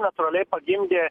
natūraliai pagimdė